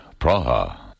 Praha